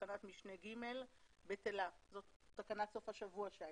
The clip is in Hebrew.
תקנת משנה (ג) בטלה," זאת תקנת סוף השבוע שהייתה.